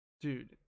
Dude